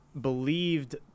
believed